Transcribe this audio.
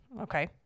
Okay